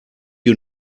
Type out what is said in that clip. you